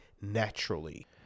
naturally